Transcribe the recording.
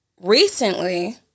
recently